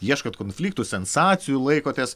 ieškot konfliktų sensacijų laikotės